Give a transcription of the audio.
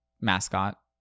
mascot